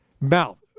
mouth